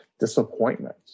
Disappointment